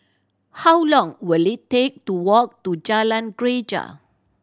how long will it take to walk to Jalan Greja